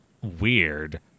weird